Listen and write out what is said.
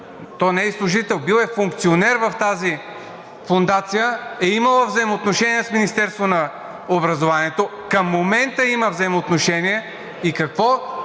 то не е и служител, бил е функционер в тази фондация, е имала взаимоотношения с Министерството на образованието и науката, към момента има взаимоотношения и какво